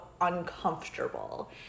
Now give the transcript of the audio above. uncomfortable